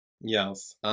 Yes